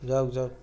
যাওক যাওক